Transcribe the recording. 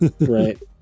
Right